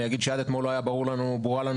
אני אגיד שעד אתמול לא היה ברורה לנו